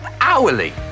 hourly